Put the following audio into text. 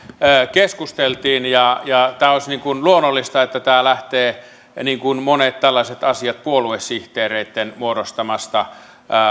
keskusteltiin ja ja olisi luonnollista että tämä lähtee niin kuin monet tällaiset asiat puoluesihteereitten muodostamasta